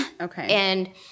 Okay